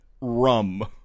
rum